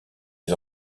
les